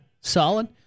Solid